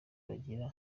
bagira